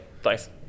thanks